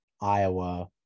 Iowa